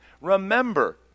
remember